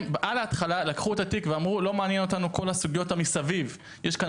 הם על ההתחלה לקחו את התיק ואמרו: כל הסוגיות מסביב לא מעניינות אותנו.